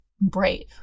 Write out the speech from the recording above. Brave